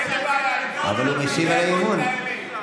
לא הפריעו לך כשהצגת את האי-אמון.